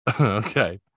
okay